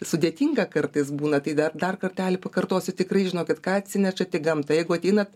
sudėtinga kartais būna tai dar dar kartelį pakartosiu tikrai žinokit ką atsinešat į gamtą jeigu ateinat